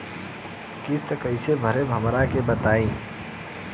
किस्त कइसे भरेम हमरा के बताई?